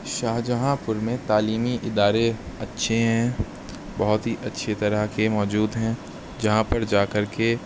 شاہجہاں پور میں تعلیمی ادارے اچھے ہیں بہت ہی اچھی طرح کے موجود ہیں جہاں پر جا کر کے